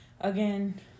again